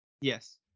Yes